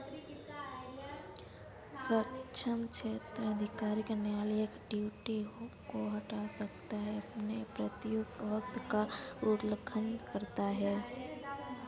सक्षम क्षेत्राधिकार का न्यायालय एक ट्रस्टी को हटा सकता है जो अपने प्रत्ययी कर्तव्य का उल्लंघन करता है